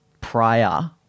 prior